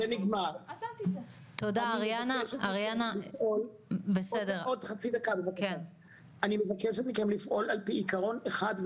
נגמר -- אני מבקשת מכם לפעול על פי עיקרון אחד,